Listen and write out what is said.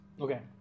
Okay